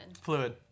Fluid